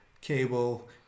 cable